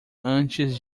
antes